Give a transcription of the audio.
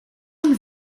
pan